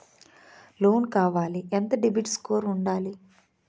Loan కావాలి ఎంత CIBIL score ఉండాలి?